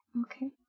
Okay